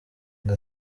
ngo